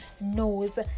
knows